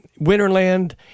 Winterland